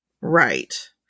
Right